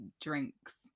drinks